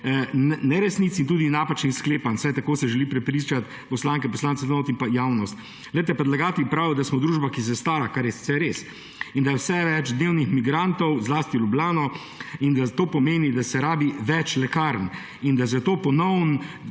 neresnic in tudi napačnih sklepanj, vsaj tako se želi prepričati poslanke in poslance tu notri in pa javnost. Predlagatelj pravi, da smo družba, ki se stara, kar je sicer res, in da je vse več dnevnih migrantov zlasti v Ljubljano in da to pomeni, da se rabi več lekarn in da je zato ponovno